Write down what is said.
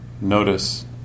notice